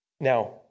Now